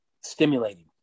stimulating